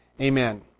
amen